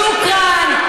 שוכרן,